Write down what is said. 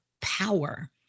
power